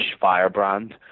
firebrand